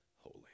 holy